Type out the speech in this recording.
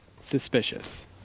suspicious